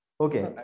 Okay